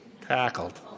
Tackled